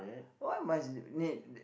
why must need